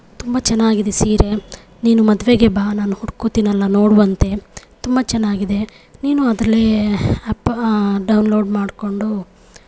ತುಂಬ ಚೆನ್ನಾಗಿದೆ ಸೀರೆ ನೀನು ಮದುವೆಗೆ ಬಾ ನಾನು ಉಟ್ಕೊಳ್ತೀನಲ್ಲ ನೋಡುವಂತೆ ತುಂಬ ಚೆನ್ನಾಗಿದೆ ನೀನು ಅದರಲ್ಲೇ ಆ್ಯಪ್ ಡೌನ್ಲೋಡ್ ಮಾಡಿಕೊಂಡು